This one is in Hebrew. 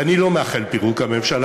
ואני לא מאחל פירוק הממשלה,